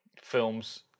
films